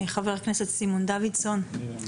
חבר הכנסת סימון דוידסון, בבקשה.